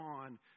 on